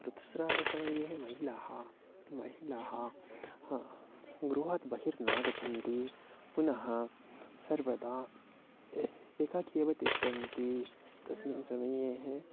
ऋतुस्रावसमये महिलाः महिलाः ह् गृहात् बहिः नागच्छन्ति पुनः सर्वदा ए एकाकी एव तिष्ठन्ति तस्मिन् समये